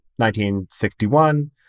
1961